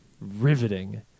riveting